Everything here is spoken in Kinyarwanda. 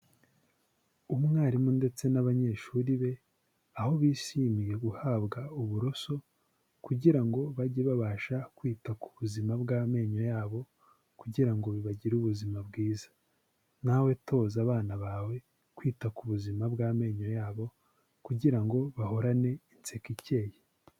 Umwarimu ndetse n'abanyeshuri be, aho bishimiye guhabwa uburoso, kugira ngo bajye babasha kwita ku buzima bw'amenyo yabo, kugira ngo bagire ubuzima bwiza, nawe toza abana bawe kwita ku buzima bw'amenyo yabo, kugira ngo bahorane inseko ikeye.